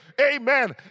Amen